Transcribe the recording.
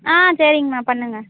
ஆ சரிங்கம்மா பண்ணுங்க